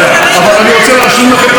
אבל אני רוצה להשלים לכם את הסיפור.